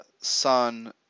sun